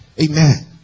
Amen